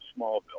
Smallville